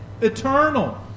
eternal